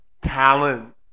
talent